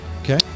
Okay